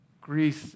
Greece